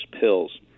pills